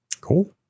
Cool